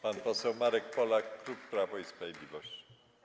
Pan poseł Marek Polak, klub Prawo i Sprawiedliwość.